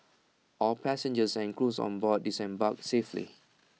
all passengers and crews on board disembarked safely